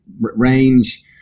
range